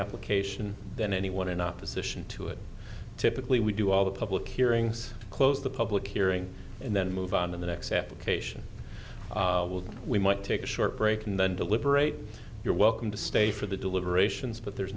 application then anyone in opposition to it typically we do all the public hearings close the public hearing and then move on in the next application with we might take a short break and then deliberate you're welcome to stay for the deliberations but there